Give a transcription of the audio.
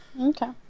Okay